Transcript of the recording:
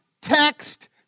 text